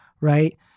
Right